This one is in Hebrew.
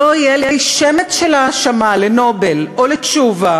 לא יהיה לי שמץ של האשמה ל"נובל" או לתשובה,